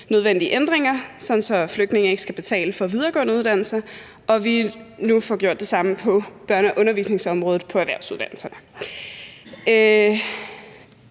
nødvendige ændringer, sådan at flygtninge ikke skal betale for videregående uddannelser, og at vi nu får gjort det samme på Børne- og Undervisningsministeriets område på erhvervsuddannelserne.